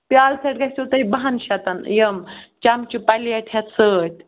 پیٛالہٕ سیٹ گژھِو تۄہہِ باہَن شَتن یِم چَمچہٕ پَلیٹ ہیٚتھ سۭتۍ